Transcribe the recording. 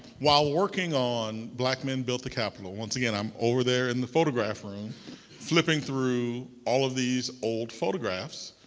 while working on black men built the capital, once again i'm over there in the photograph room flipping through all of these old photographs.